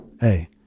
Hey